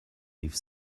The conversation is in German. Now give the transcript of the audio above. rief